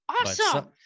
Awesome